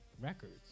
records